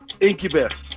Incubus